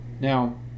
Now